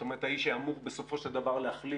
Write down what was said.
זאת אומרת האיש שאמור בסופו של דבר להחליט,